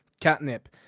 catnip